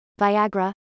Viagra